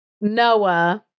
Noah